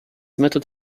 method